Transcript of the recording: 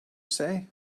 say